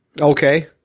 Okay